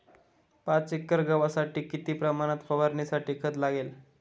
पाच एकर गव्हासाठी किती प्रमाणात फवारणीसाठी खत लागेल?